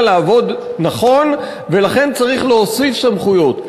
לעבוד נכון ולכן צריך להוסיף סמכויות?